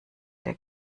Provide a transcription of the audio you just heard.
der